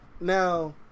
Now